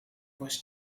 was